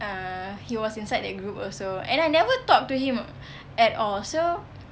uh he was inside that group also and I never talk to him at all so